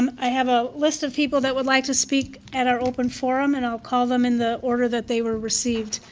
um i have a list of people that would like to speak at our open forum, and i will call them in the order they were received.